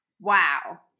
wow